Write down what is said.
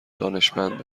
دانشمند